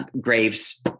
Graves